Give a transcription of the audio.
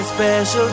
Special